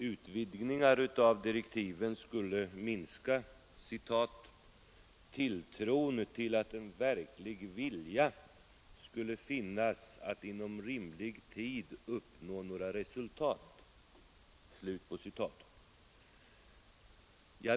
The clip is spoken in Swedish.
Utvidgningar av direktiven skulle minska ”tilltron till att en verklig vilja finns att inom rimlig tid uppnå några resultat”.